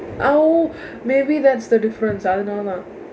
oh maybe that's the difference அதனால:athanaala